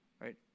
right